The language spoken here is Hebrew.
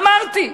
אמרתי.